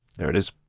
there it is.